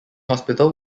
hospital